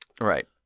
Right